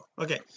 okay